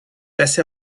assez